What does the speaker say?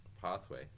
pathway